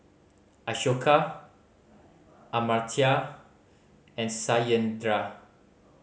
Ashoka Amartya and Satyendra